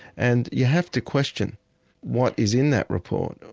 and you have to question what is in that report,